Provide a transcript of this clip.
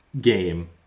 game